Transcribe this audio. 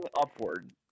upward